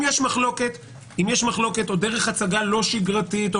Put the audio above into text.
אם יש מחלוקת או דרך הצגה לא שגרתית,